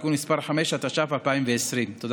התש"ף 2020. תודה